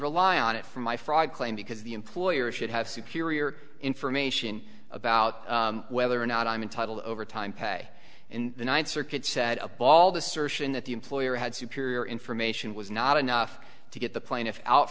rely on it for my fraud claim because the employer should have superior information about whether or not i'm entitled overtime pay and the ninth circuit said a bald assertion that the employer had superior information was not enough to get the plaintiff out